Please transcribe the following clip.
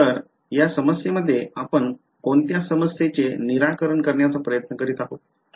तर या समस्येमध्ये आपण कोणत्या समस्येचे निराकरण करण्याचा प्रयत्न करीत आहोत